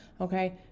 okay